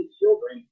children